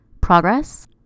Progress